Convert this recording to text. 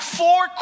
four